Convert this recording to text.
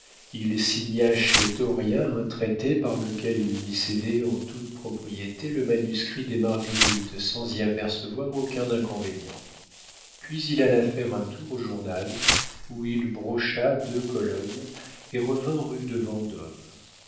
il signa chez dauriat un traité par lequel il lui cédait en toute propriété le manuscrit des marguerites sans y apercevoir aucun inconvénient puis il alla faire un tour au journal où il brocha deux colonnes et revint rue